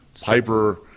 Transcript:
Piper